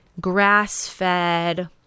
grass-fed